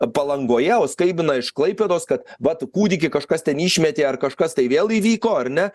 palangoje o skambina iš klaipėdos kad vat kūdikį kažkas ten išmetė ar kažkas tai vėl įvyko ar ne